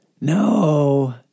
No